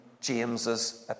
James's